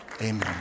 amen